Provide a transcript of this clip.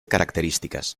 características